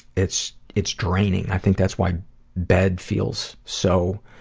it's it's draining. i think that's why bed feels so,